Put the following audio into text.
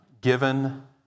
given